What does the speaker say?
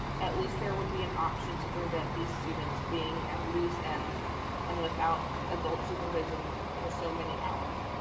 at least there would be an option to prevent these students being at loose ends and without adult supervision for so many hours.